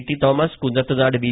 T Thomas Kunnathunad V